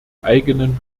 eigenen